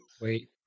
wait